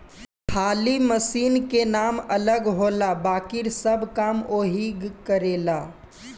खाली मशीन के नाम अलग होला बाकिर सब काम ओहीग करेला